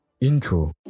intro